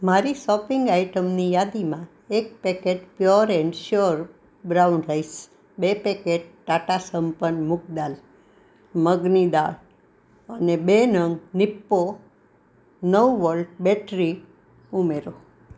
મારી શોપિંગ આઇટમની યાદીમાં એક packet pure and sure brown rice બે પેકેટ ટાટા સંપન્ન મગ દાલ મગની દાળ અને બે નંગ નિપ્પો નવ વોલ્ટ બેટરી ઉમેરો